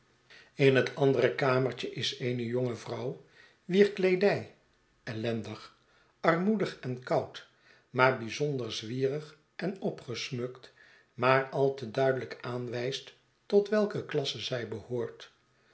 in het andere kamertje is eene jonge vrouw wier kleedij ellendig armoedig en koud maar bijzonder zwierig en opgesmukt maar al te duidelljk aanwijst tot welke klasse zij behoort